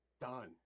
Done